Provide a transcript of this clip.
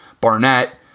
Barnett